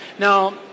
Now